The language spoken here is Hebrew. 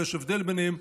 יש הבדל ביניהם,